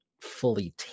fully